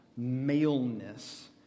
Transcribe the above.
maleness